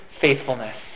faithfulness